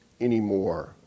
anymore